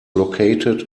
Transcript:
located